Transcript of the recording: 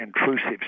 intrusive